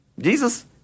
Jesus